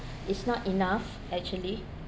is not enough actually